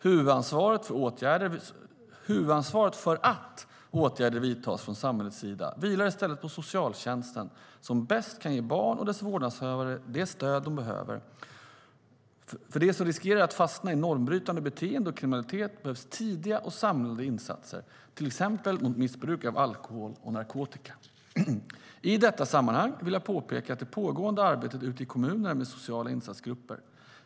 Huvudansvaret för att åtgärder vidtas från samhällets sida vilar i stället på socialtjänsten, som bäst kan ge barn och deras vårdnadshavare det stöd de behöver. För dem som riskerar att fastna i normbrytande beteende och kriminalitet behövs tidiga och samlade insatser, till exempel mot missbruk av alkohol och narkotika. I detta sammanhang vill jag peka på det pågående arbetet ute i kommunerna med sociala insatsgrupper.